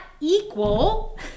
equal